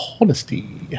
Honesty